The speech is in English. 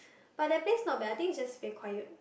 but that place not bad I think is just very quiet